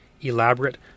Elaborate